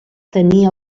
tenir